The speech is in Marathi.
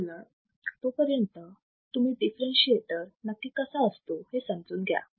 म्हणूनच तोपर्यंत तुम्ही डिफरेंशीएटर नक्की कसा असतो हे समजून घ्या